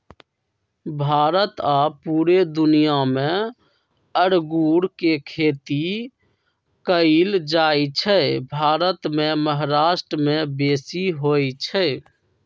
भारत आऽ पुरे दुनियाँ मे अङगुर के खेती कएल जाइ छइ भारत मे महाराष्ट्र में बेशी होई छै